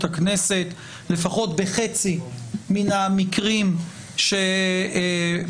הכנסת לפחות בחצי מן המקרים שבדקנו,